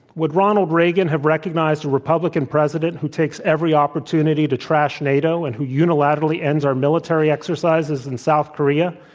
would ronald reagan have recognized a republican president who takes every opportunity to trash nato, and who unilaterally ends our military exercises in south korea,